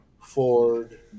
ford